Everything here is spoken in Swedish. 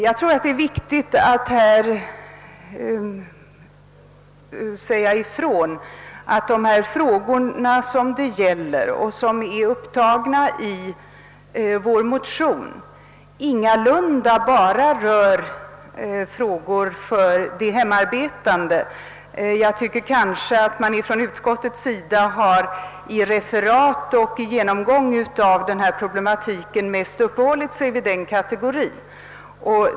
Jag anser det viktigt att säga ifrån att de frågor, som tagits upp i motionerna, ingalunda rör endast de hemarbetande. Jag tycker att utskottet vid genomgången av problematiken uppehållit sig mest vid denna kategori.